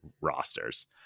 rosters